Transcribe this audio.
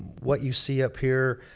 what you see up here.